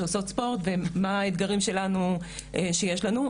שעושות ספורט ומה האתגרים שיש לנו,